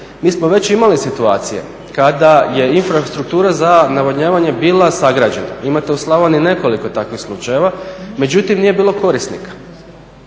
Mi smo već imali situacije kada je infrastruktura za navodnjavanje bila sagrađena. Imate u Slavoniji nekoliko takvih slučajeva, međutim nije bilo korisnika.